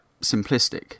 simplistic